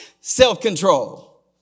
self-control